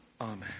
Amen